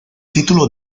título